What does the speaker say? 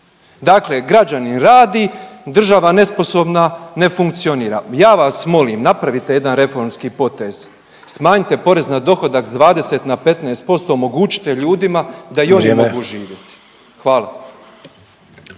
Dakle, građanin radi, država nesposobna ne funkcionira. Ja vas molim napravite jedan reformski potez smanjite porez na dohodak s 20 na 15% omogućite ljudima da i oni …/Upadica: